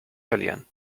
verlieren